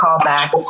callbacks